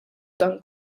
dan